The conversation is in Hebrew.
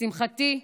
לשמחתי,